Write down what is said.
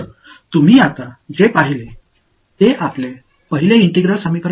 எனவே நீங்கள் இப்போது பார்த்தது உங்கள் முதல் ஒருங்கிணைந்த சமன்பாடு